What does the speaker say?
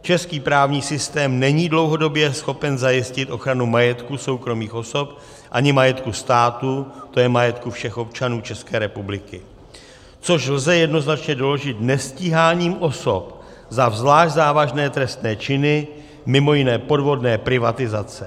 Český právní systém není dlouhodobě schopen zajistit ochranu majetku soukromých osob ani majetku státu, to je majetku všech občanů České republiky, což lze jednoznačně doložit nestíháním osob za zvlášť závažné trestné činy, mimo jiné podvodné privatizace.